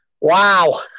wow